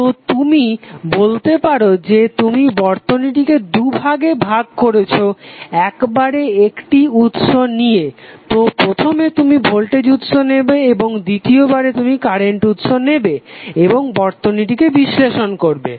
তো তুমি বলতে পারো যে তুমি বর্তনীটিকে দুই ভাগে ভাগ করেছো একবারে একটি উৎস নিয়ে তো প্রথমে তুমি ভোল্টেজ উৎস নেবে এবং দ্বিতীয় বারে তুমি কারেন্ট উৎস নেবে এবং বর্তনীটিকে বিশ্লেষণ করবে